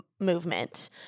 movement